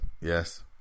yes